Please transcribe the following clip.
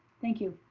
thank you,